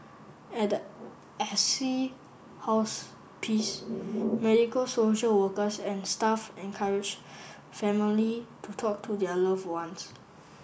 at the Assisi Hospice medical social workers and staff encourage family to talk to their loved ones